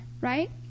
right